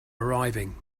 arriving